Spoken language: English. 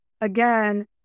again